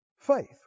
Faith